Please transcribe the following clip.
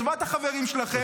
לטובת החברים שלכם.